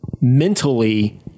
mentally